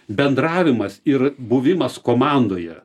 bendravimas ir buvimas komandoje